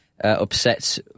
upset